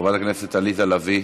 חברת הכנסת עליזה לביא,